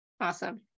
Awesome